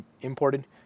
imported